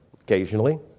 occasionally